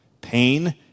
Pain